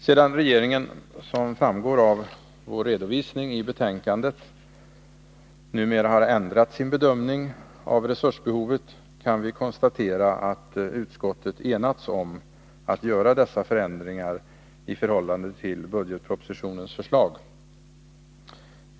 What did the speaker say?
Sedan regeringen, som framgår av vår redovisning i betänkandet, numera ändrat sin bedömning av resursbehovet kan vi konstatera att utskottet enats om att göra dessa förändringar i förhållande till budgetpropositionens förslag.